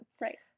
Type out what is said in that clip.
Right